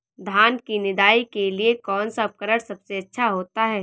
धान की निदाई के लिए कौन सा उपकरण सबसे अच्छा होता है?